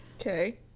Okay